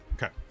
Okay